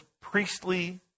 priestly